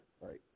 right